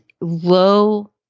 low